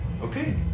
okay